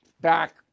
back